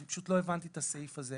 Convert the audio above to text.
לא הבנתי את הסעיף הזה.